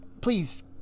Please